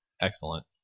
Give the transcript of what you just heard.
excellent